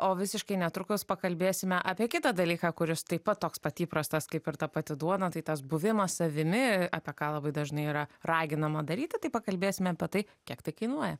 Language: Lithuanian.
o visiškai netrukus pakalbėsime apie kitą dalyką kuris taip pat toks pat įprastas kaip ir ta pati duona tai tas buvimas savimi apie ką labai dažnai yra raginama daryti tai pakalbėsim apie tai kiek tai kainuoja